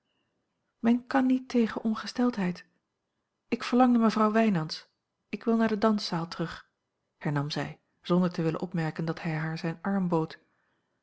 men kan niet tegen ongesteldheid ik verlang naar mevrouw wijnands ik wil naar de danszaal terug hernam zij zonder te willen opmerken dat hij haar zijn arm bood